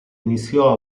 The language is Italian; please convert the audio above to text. iniziò